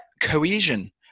cohesion